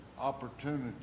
opportunity